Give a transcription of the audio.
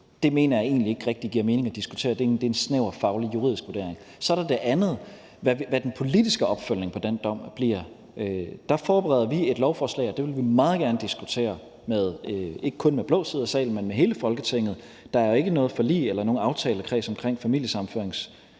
Det mener jeg egentlig ikke rigtig giver mening at diskutere. Det er en snæver faglig, juridisk vurdering. Så er der det andet, nemlig hvad den politiske opfølgning på den dom bliver. Der forbereder vi et lovforslag, og det vil vi meget gerne diskutere med ikke kun blå side i salen, men med hele Folketinget. Der er jo ikke noget forlig eller nogen aftalekreds omkring familiesammenføringsreglerne